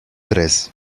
tres